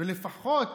ולפחות